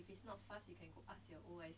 it's not fast you can go ask ya